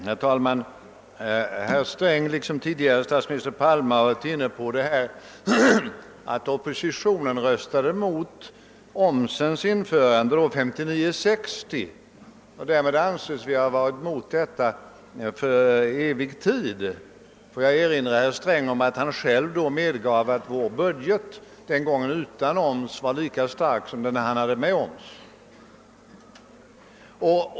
Herr talman! Herr Sträng liksom tidigare herr Palme har erinrat om att oppositionen röstade mot omsens införande år 1959—1960. Därmed anses vi ha varit emot omsättningsskatten för evig tid. Får jag erinra herr Sträng om att han då medgav att vår budget utan oms den gången var ungefär lika stark som hans budget med oms.